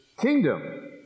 kingdom